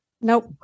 Nope